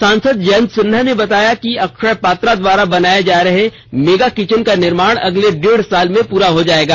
सांसद जयंत सिन्हा ने बताया कि अक्षय पात्रा द्वारा बनाये जा रहे मेगा किचन का निर्माण अगले डेढ़ साल में पूरा हो जायेगा